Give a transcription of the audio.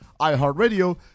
iHeartRadio